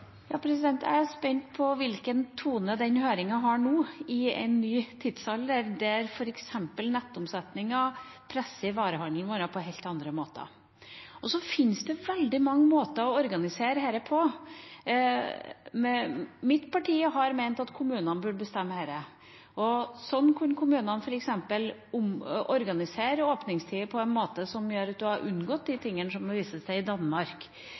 Jeg er spent på hvilken tone den høringen har nå, i en ny tidsalder, der f.eks. nettomsetningen presser varehandelen vår på helt andre måter. Så fins det veldig mange måter å organisere dette på. Mitt parti har ment at kommunene burde bestemme dette. Sånn kunne kommunene f.eks. organisere åpningstidene på en måte som gjorde at man hadde unngått det som viste seg i Danmark.